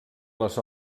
les